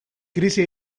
krisi